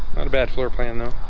a bad floor plan though